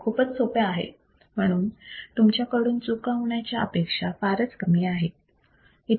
हे खूपच सोपे आहे म्हणून तुमच्याकडून चुका होण्याच्या अपेक्षा कमी आहेत